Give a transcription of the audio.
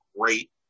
great